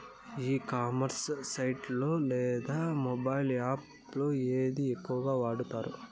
ఈ commerce site లో లేదా మొబైల్ యాప్ లో ఏది ఎక్కువగా వాడుతారు?